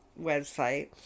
website